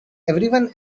everyone